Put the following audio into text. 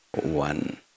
one